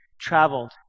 traveled